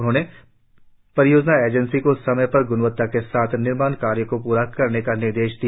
उन्होंने परियोजना एजेंसी को समय पर ग्रणवत्ता के साथ निर्माण कार्य को पूरा करने का निर्देश दिया